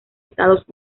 estados